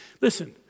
Listen